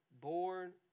born